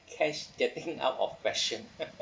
cash getting out of fashion